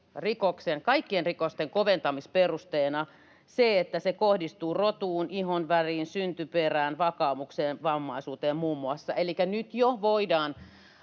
kaikkien rikosten koventamisperusteena se, että se kohdistuu muun muassa rotuun, ihonväriin, syntyperään, vakaumukseen, vammaisuuteen.